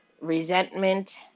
resentment